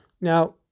Now